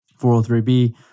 403B